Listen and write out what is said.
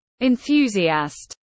enthusiast